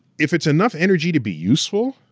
if it's enough energy to be useful,